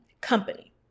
company